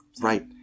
Right